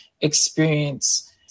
experience